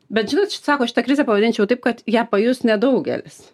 bet žinot šit sako šitą krizę pavadinčiau taip kad ją pajus nedaugelis